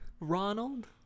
Ronald